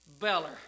Beller